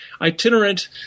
itinerant